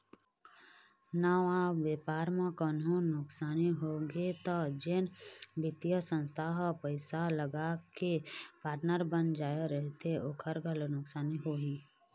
नवा बेपार म कहूँ नुकसानी होगे त जेन बित्तीय संस्था ह पइसा लगाके पार्टनर बन जाय रहिथे ओखर घलोक नुकसानी होही